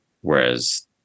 whereas